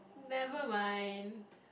never mind